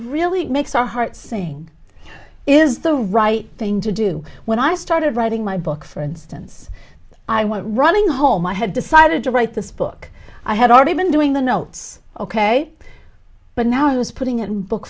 really makes our heart saying is the right thing to do when i started writing my book for instance i went running home i had decided to write this book i had already been doing the notes ok but now i was putting it in book